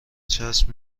چسب